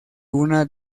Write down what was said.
una